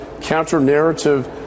counter-narrative